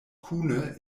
kune